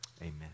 Amen